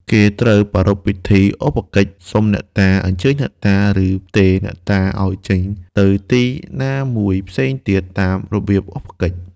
គេត្រូវប្រារព្ធពិធីឧបកិច្ច សុំអ្នកតា អញ្ជើញអ្នកតា ឬផ្ទេរអ្នកតាឱ្យចេញទៅនៅទីណាមួយផ្សេងទៀតតាមរបៀបឧបកិច្ច។